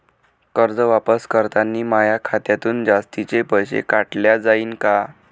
कर्ज वापस करतांनी माया खात्यातून जास्तीचे पैसे काटल्या जाईन का?